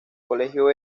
colegio